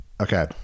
okay